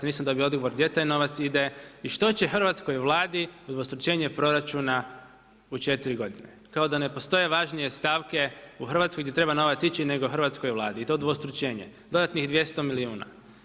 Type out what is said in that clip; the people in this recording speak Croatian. Nisam dobio odgovor gdje taj novac ide i što će hrvatskoj Vladi udvostručenje proračuna u četiri godine, kao da ne postoje važnije stavke u Hrvatskoj gdje treba novac ići nego hrvatskoj Vladi i to dvostručenje, dodatnih 200 milijuna.